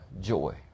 joy